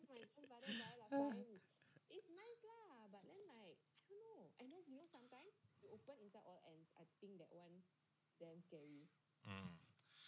mm yeah